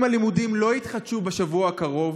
אם הלימודים לא יתחדשו בשבוע הקרוב,